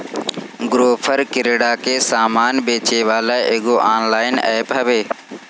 Grofer किरणा के सामान बेचेवाला एगो ऑनलाइन एप्प हवे